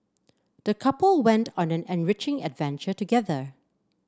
the couple went on an enriching adventure together